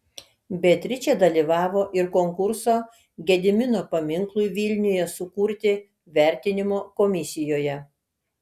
beatričė dalyvavo ir konkurso gedimino paminklui vilniuje sukurti vertinimo komisijoje